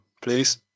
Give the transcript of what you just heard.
please